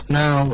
now